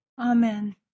amen